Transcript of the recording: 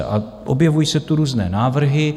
A objevují se tu různé návrhy.